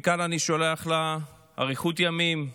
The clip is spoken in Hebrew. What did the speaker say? מכאן אני שולח לה אריכות ימים,